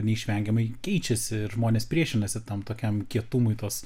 neišvengiamai keičiasi ir žmonės priešinasi tam tokiam kietumui tos